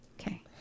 Okay